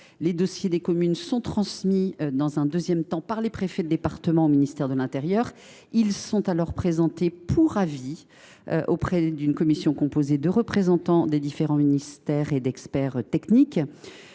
ces dossiers sont transmis par les préfets de département au ministère de l’intérieur. Ils sont alors présentés pour avis à une commission composée de représentants des différents ministères et d’experts techniques.